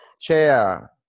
Chair